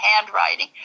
handwriting